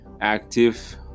active